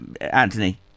Anthony